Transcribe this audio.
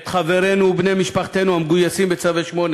את חברינו ובני משפחתנו המגויסים בצווי